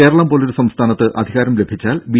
കേരളം പോലൊരു സംസ്ഥാനത്ത് അധികാരം ലഭിച്ചാൽ ബി